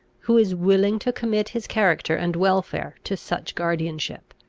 who is willing to commit his character and welfare to such guardianship!